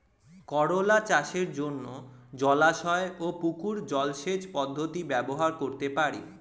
করোলা চাষের জন্য জলাশয় ও পুকুর জলসেচ পদ্ধতি ব্যবহার করতে পারি?